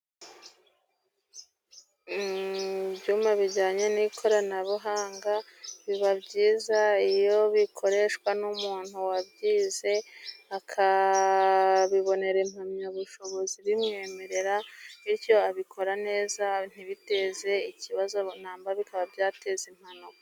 Ibyuma bijyanye n'ikoranabuhanga biba byiza iyo bikoreshwa n'umuntu wabyize, akabibonera impamyabushobozi ibimwemerera, bityo abikora neza ntibiteze ikibazo runaka, bikaba byateza impanuka.